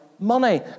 Money